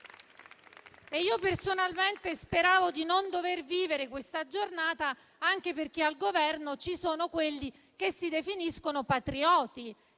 Personalmente speravo di non dover vivere questa giornata, anche perché al Governo ci sono quelli che si definiscono patrioti,